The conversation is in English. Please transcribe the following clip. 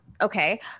okay